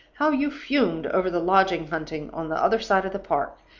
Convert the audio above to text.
how you fumed over the lodging hunting on the other side of the park!